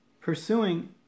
pursuing